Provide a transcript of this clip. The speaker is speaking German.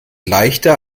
leichter